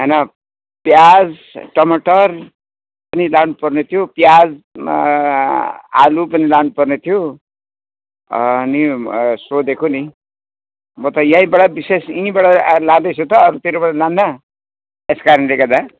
होइन प्याज टमाटर लानुपर्ने थियो प्याज आलु पनि लानुपर्ने थियो अनि सोधेको नि म त यहीँबाट विशेष यहीँबाट लाँदैछु त अरूतिरबाट लान्न त्यस कारणले गर्दा